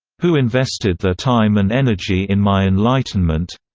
who invested their time and energy in my enlightenment.